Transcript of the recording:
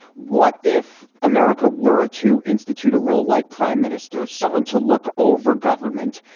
what if america were to institute a role like prime minister, someone to look over government?